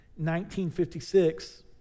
1956